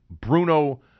Bruno